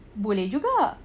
boleh juga